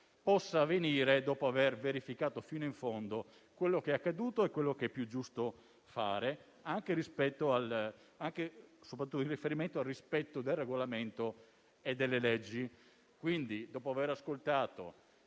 possa avvenire dopo aver verificato fino in fondo quello che è accaduto è quello che è più giusto fare, soprattutto in riferimento al rispetto del Regolamento e delle leggi. Dopo aver ascoltato,